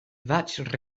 vaig